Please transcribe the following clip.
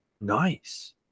Nice